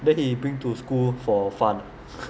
then he bring to school for fun ah